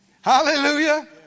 Hallelujah